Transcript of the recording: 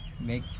Make